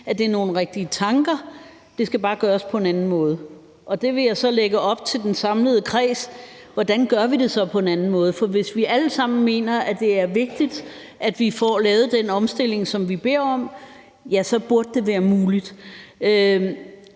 at det er nogle rigtige tanker, men at det bare skal gøres på en anden måde. Det vil jeg så lægge op til den samlede kreds: Hvordan gør vi det så på en anden måde? Hvis vi alle sammen mener, at det er vigtigt, at vi får lavet den omstilling, som vi beder om, så burde det være muligt.